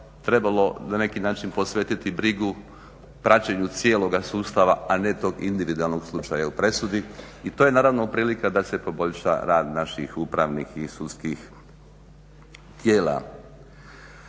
trebalo na neki način posvetiti brigu praćenju cijeloga sustava, a ne tog individualnog slučaja u presudi i to je naravno prilika da se poboljša rad naših upravnih i sudskih tijela.